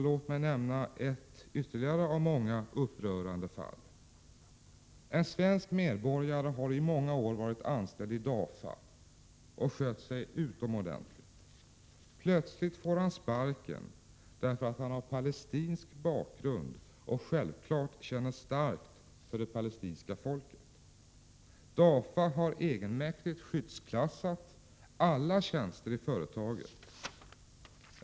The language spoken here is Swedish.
Låt mig nämna ytterligare ett av många andra upprörande fall: En svensk medborgare har i många år varit anställd i DAFA och skött sig utomordentligt. Plötsligt får han sparken därför att han har palestinsk bakgrund och självfallet känner starkt för det palestinska folket. DAFA har egenmäktigt skyddsklassat alla tjänster i företaget.